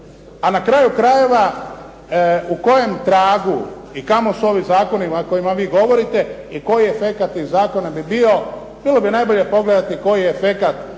A na kraju krajeva u kojem tragu i kamo s ovim zakonima o kojima vi govorite i koji efekat iz zakona bi bio, bilo bi najbolje pogledati koji efekat onog